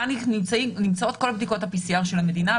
כאן נמצאות כל בדיקות ה-PCR של המדינה,